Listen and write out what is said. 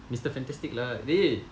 mister fantastic lah dey